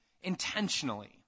intentionally